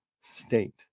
state